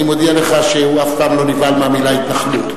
אני מודיע לך שהוא אף פעם לא נבהל מהמלה התנחלות.